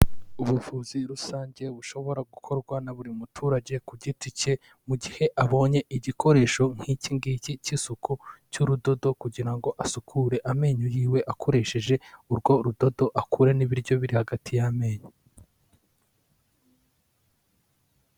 Ubuvuzi rusange bushobora gukorwa na buri muturage ku giti cye, mu gihe abonye igikoresho nk'iki ngiki cy'isuku cy'urudodo kugira ngo asukure amenyo yiwe akoresheje urwo rudodo akuremo ibiryo biri hagati y'amenyo.